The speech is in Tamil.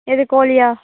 எது கோழியா